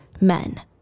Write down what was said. men